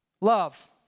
love